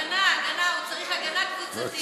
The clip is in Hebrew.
הגנה, הגנה, הוא צריך הגנה כי הוא צדיק.